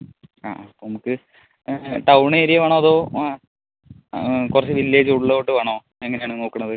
ആ ആ അപ്പം നമുക്ക് ടൗൺ ഏരിയ വേണോ അതോ ആ കുറച്ച് വില്ലേജ് ഉള്ളോട്ട് വേണോ എങ്ങനെയാണ് നോക്കണത്